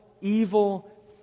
evil